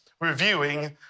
reviewing